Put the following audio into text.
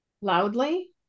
loudly